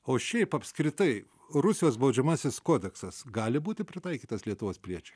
o šiaip apskritai rusijos baudžiamasis kodeksas gali būti pritaikytas lietuvos piliečiui